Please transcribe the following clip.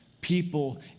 people